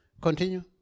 Continue